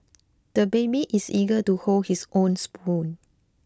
the baby is eager to hold his own spoon